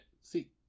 See